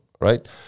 Right